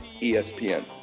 ESPN